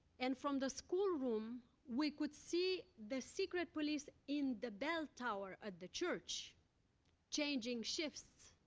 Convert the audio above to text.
and from the school room, we could see the secret police in the bell tower of the church changing shifts,